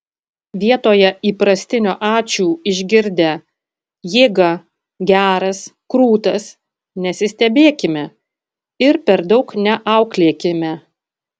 vietoje įprastinio ačiū išgirdę jėga geras krūtas nesistebėkime ir per daug neauklėkime